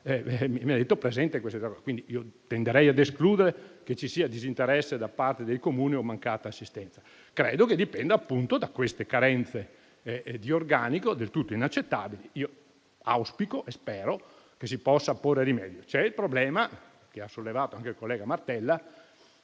mi ha fatto presente questa situazione. Pertanto, tenderei ad escludere che ci sia disinteresse da parte dei Comuni o mancata assistenza. Credo che il problema nasca da queste carenze di organico, del tutto inaccettabili. Io auspico e spero che vi si possa porre rimedio. Vi è il problema, sollevato anche dal collega Martella,